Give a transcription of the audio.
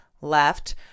left